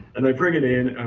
and they bring it in